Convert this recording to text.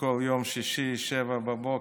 בכל יום שישי ב-07:00,